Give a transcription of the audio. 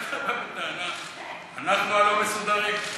אנחנו הלא-מסודרים?